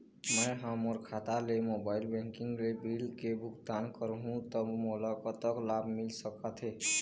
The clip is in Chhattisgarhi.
मैं हा मोर खाता ले मोबाइल बैंकिंग ले बिल के भुगतान करहूं ता मोला कतक लाभ मिल सका थे?